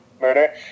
murder